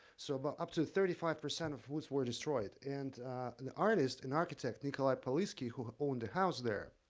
so about up to thirty five percent of woods were destroyed. and an artist, an architect, nikolai polisskii, who owned a house there,